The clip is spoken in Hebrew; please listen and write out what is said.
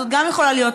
זאת גם יכולה להיות